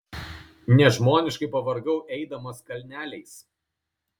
nežmoniškai pavargau eidamas kalneliais